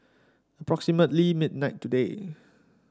approximately midnight today